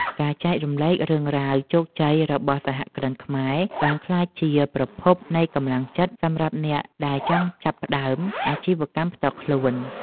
ការចែករំលែករឿងរ៉ាវជោគជ័យរបស់សហគ្រិនខ្មែរបានក្លាយជាប្រភពនៃកម្លាំងចិត្តសម្រាប់អ្នកដែលចង់ចាប់ផ្តើមអាជីវកម្មផ្ទាល់ខ្លួន។